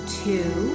two